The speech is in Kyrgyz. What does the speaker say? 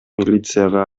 милицияга